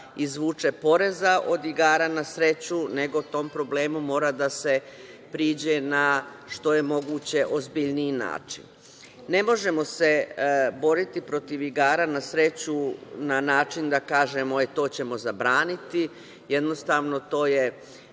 izvuče poreza od igara na sreću, nego tom problemu mora da se priđe na što je moguće ozbiljniji način. Ne možemo se boriti protiv igara na sreću, na način, da kažem, e to ćemo zabraniti. Jednostavno to je